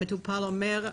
המטופל אומר: